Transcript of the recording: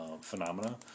phenomena